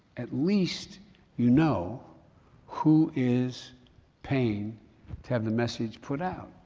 at least you know who is paying to have the message put out.